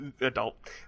adult